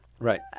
Right